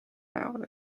näol